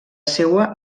seua